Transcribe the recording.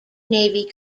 navy